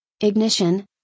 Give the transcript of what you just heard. Ignition